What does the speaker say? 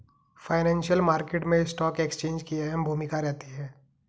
financial market मैं stock exchange की अहम भूमिका रहती है